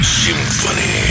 symphony